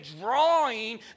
drawing